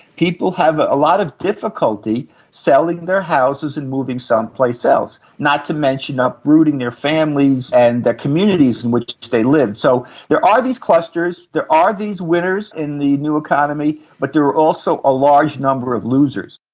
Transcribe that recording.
people have a lot of difficulty selling their houses and moving someplace else, else, not to mention ah uprooting their families and the communities in which they live. so there are these clusters, there are these winners in the new economy, but there are also a large number of losers.